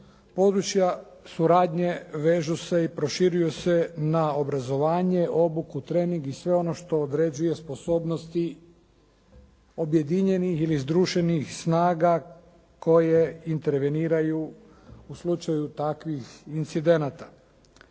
područja suradnje vežu se i proširuju se na obrazovanje, obuku, trening i sve ono što određuje sposobnosti objedinjenih ili združenih snaga koje interveniraju u slučaju takvih incidenata.